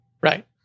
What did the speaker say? right